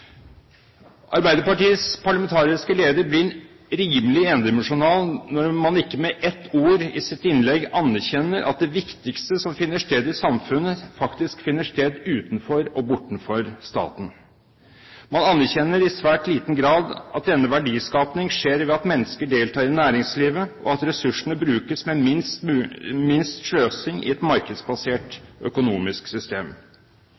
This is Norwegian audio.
Arbeiderpartiets parlamentariske leder blir rimelig endimensjonal når man ikke med ett ord i sitt innlegg anerkjenner at det viktigste som finner sted i samfunnet, faktisk finner sted utenfor og bortenfor staten. Man anerkjenner i svært liten grad at denne verdiskapingen skjer ved at mennesker deltar i næringslivet, og at ressursene brukes med minst mulig sløsing i et markedsbasert økonomisk system.